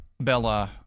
Bella